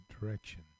direction